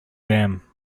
jam